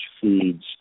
feeds